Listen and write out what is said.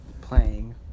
playing